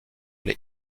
les